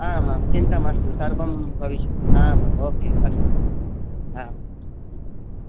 आम् आम् चिन्ता मास्तु सर्वं भविष्यति आम् आम् ओके अस्तु आम् ह्म् ह्म्